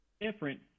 different